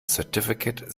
certificate